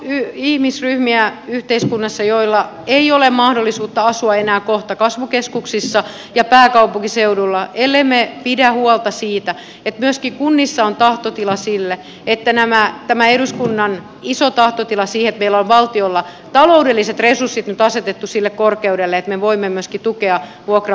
meillä on yhteiskunnassa paljon ihmisryhmiä joilla ei ole mahdollisuutta asua enää kohta kasvukeskuksissa ja pääkaupunkiseudulla ellemme pidä huolta siitä että myöskin kunnissa on tahtotila sille tämä eduskunnan iso tahtotila siihen että meillä on valtiolla taloudelliset resurssit nyt asetettu sille korkeudelle että me voimme myöskin tukea vuokra asuntotuotantoa